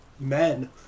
men